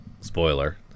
Spoiler